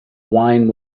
wine